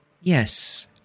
Yes